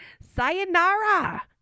Sayonara